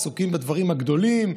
עסוקים בדברים הגדולים,